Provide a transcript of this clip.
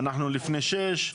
אנחנו לפני שש,